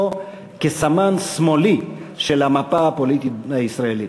כסמן שמאלי של המפה הפוליטית הישראלית.